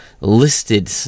listed